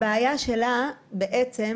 הבעיה שלה בעצם,